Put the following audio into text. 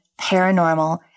Paranormal